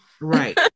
right